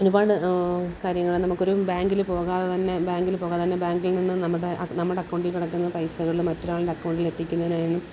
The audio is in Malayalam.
ഒരുപാട് കാര്യങ്ങൾ നമുക്ക് ഒരു ബാങ്കിൽ പോകാതെ തന്നെ ബാങ്കിൽ പോകാതെ തന്നെ ബാങ്കിൽ നിന്നും നമ്മുടെ നമ്മുടെ അക്കൗണ്ടിൽ കിടക്കുന്ന പൈസകൾ മറ്റൊരാളുടെ അക്കൗണ്ടിലെത്തിക്കുന്നതിനായാലും